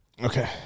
Okay